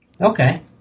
Okay